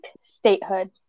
statehood